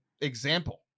example